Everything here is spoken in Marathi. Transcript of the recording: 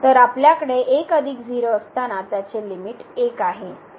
तर आपल्याकडे 1 0 असताना त्याचे लिमिट 1 आहे